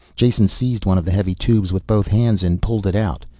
jason seized one of the heavy tubes with both hands and pulled it out.